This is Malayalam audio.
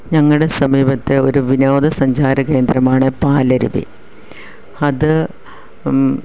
ഞങ്ങളുടെ സമീപത്ത് ഒരു വിനോദസഞ്ചാര കേന്ദ്രമാണ് പാലരുവി അത്